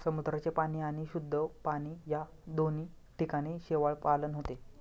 समुद्राचे पाणी आणि शुद्ध पाणी या दोन्ही ठिकाणी शेवाळपालन होते